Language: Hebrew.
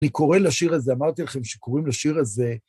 אני קורא לשיר הזה, אמרתי לכם שקוראים לשיר הזה...